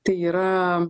tai yra